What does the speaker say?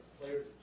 players